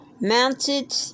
mounted